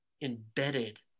embedded